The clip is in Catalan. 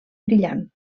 brillant